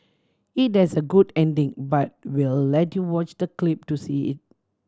it has a good ending but we'll let you watch the clip to see it